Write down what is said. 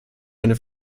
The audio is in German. eine